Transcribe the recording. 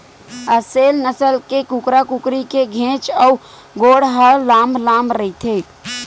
असेल नसल के कुकरा कुकरी के घेंच अउ गोड़ ह लांम लांम रहिथे